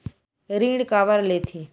ऋण काबर लेथे?